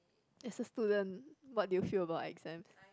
as a student what do you feel about exam